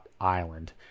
Island